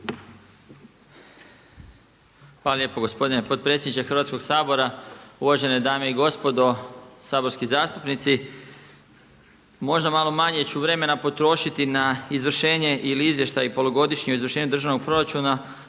Hvala lijepo gospodine potpredsjedniče Hrvatskog sabora. Uvažene dame i gospodo saborski zastupnici. Možda malo manje vremena potrošiti na izvršenje ili izvještaj polugodišnje izvršenje državnog proračuna,